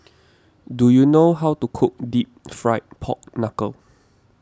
do you know how to cook Deep Fried Pork Knuckle